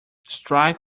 strike